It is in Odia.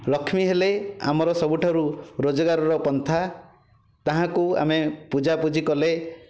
ଲକ୍ଷ୍ମୀ ହେଲେ ଆମର ସବୁଠାରୁ ରୋଜଗାରର ପନ୍ଥା ତାହାଙ୍କୁ ଆମେ ପୂଜାପୁଜି କଲେ